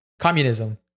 communism